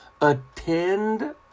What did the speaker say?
attend